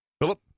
Philip